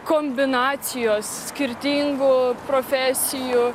kombinacijos skirtingų profesijų